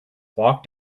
walk